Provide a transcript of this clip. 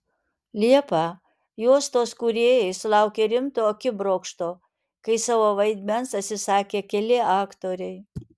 liepą juostos kūrėjai sulaukė rimto akibrokšto kai savo vaidmens atsisakė keli aktoriai